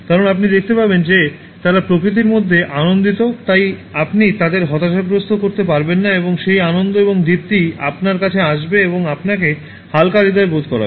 কারণ আপনি দেখতে পাবেন যে তারা প্রকৃতির মধ্যে আনন্দিত তাই আপনি তাদের হতাশাগ্রস্থ করতে পারবেন না এবং সেই আনন্দ এবং দীপ্তি আপনার কাছে আসবে এবং আপনাকে হালকা হৃদয় বোধ করবে